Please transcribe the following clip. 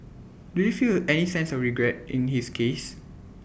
do you feel any sense of regret in his case